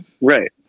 Right